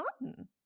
Martin